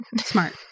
Smart